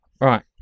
Right